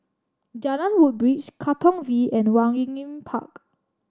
Jalan Woodbridge Katong V and Waringin Park